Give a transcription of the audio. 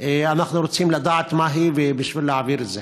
אנחנו רק רוצים לדעת מה היא, בשביל להעביר את זה.